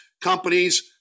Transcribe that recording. companies